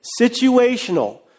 Situational